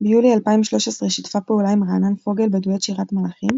ביולי 2013 שיתפה פעולה עם רענן פוגל בדואט "שירת המלאכים".